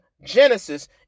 Genesis